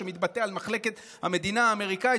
שמתבטא על מחלקת המדינה האמריקאית,